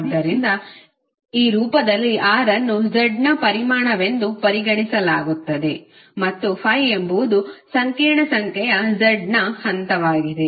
ಆದ್ದರಿಂದ ಈ ರೂಪದಲ್ಲಿ r ಅನ್ನು z ನ ಪರಿಮಾಣವೆಂದು ಪರಿಗಣಿಸಲಾಗುತ್ತದೆ ಮತ್ತು ∅ ಎಂಬುದು ಸಂಕೀರ್ಣ ಸಂಖ್ಯೆಯ z ನ ಹಂತವಾಗಿದೆ